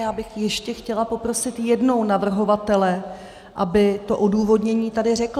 Já bych ještě chtěla poprosit jednou navrhovatele, aby to odůvodnění tady řekl.